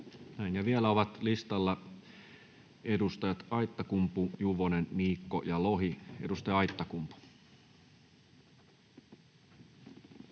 vielä ovat listalla edustajat Aittakumpu, Juvonen, Niikko ja Lohi. — Edustaja Aittakumpu.